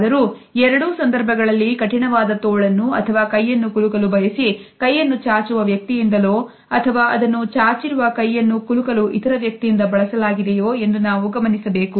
ಆದರೂ ಎರಡು ಸಂದರ್ಭಗಳಲ್ಲಿ ಕಠಿಣವಾದ ತೋಳನ್ನು ಅಥವಾ ಕೈಯನ್ನು ಕೈಕುಲುಕಲು ಬಯಸಿ ಕೈಯನ್ನು ಚಾಚುವ ವ್ಯಕ್ತಿಯಿಂದಲೋ ಅಥವಾ ಅದನ್ನು ಚಾಚಿರುವ ಕೈಯನ್ನು ಕುಲುಕಲು ಇತರ ವ್ಯಕ್ತಿಯಿಂದ ಬಳಸಲಾಗಿದೆಯೇ ಎಂದು ನಾವು ಗಮನಿಸಬೇಕು